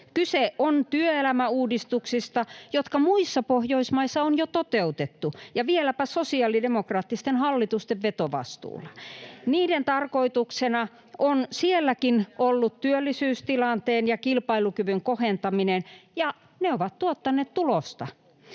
Kyse on työelämäuudistuksista, jotka muissa Pohjoismaissa on jo toteutettu, ja vieläpä sosiaalidemokraattisten hallitusten vetovastuulla. Niiden tarkoituksena on sielläkin ollut työllisyystilanteen ja kilpailukyvyn kohentaminen, ja ne ovat tuottaneet tulosta.